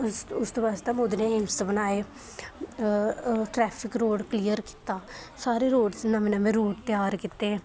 उसदे बास्तै मोदी ने एम्स बनाए ट्रैफिक रोड़ कलियर कीता सारे रोड़ नमें नमें रोड तेआर कीते